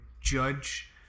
judge